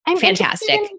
Fantastic